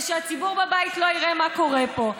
ושהציבור בבית לא יראה מה קורה פה.